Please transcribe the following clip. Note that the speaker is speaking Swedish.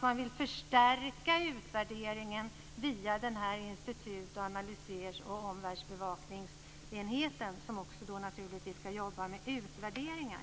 Man vill också förstärka utvärderingen via den nya myndigheten för analyser, omvärldsbevakning och utvärderingar, som naturligtvis också ska arbeta med utvärderingar.